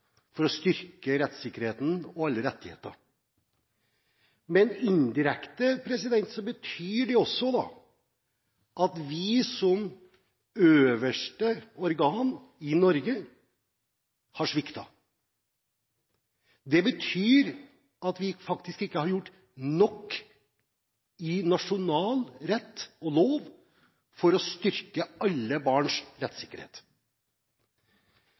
å få styrket rettssikkerheten og rettighetene. Men indirekte betyr det også at vi som øverste organ i Norge har sviktet. Det betyr at vi faktisk ikke har gjort nok i nasjonal lov og rett for å styrke alle barns rettssikkerhet.